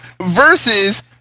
versus